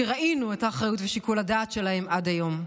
כי ראינו את האחריות ושיקול הדעת שלהם עד היום.